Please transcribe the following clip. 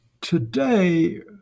Today